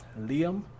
Liam